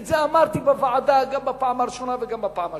ואת זה אמרתי בוועדה גם בפעם הראשונה וגם בפעם השנייה.